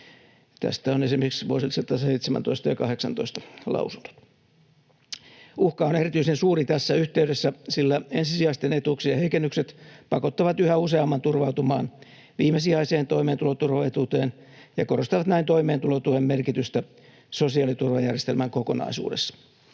Tästä on esimerkiksi vuosilta 17 ja 18 lausunnot. — ”Uhka on erityisen suuri tässä yhteydessä, sillä ensisijaisten etuuksien heikennykset pakottavat yhä useamman turvautumaan viimesijaiseen toimeentuloturvaetuuteen ja korostavat näin toimeentulotuen merkitystä sosiaaliturvajärjestelmän kokonaisuudessa.”